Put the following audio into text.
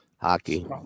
Hockey